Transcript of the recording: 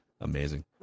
Amazing